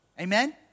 Amen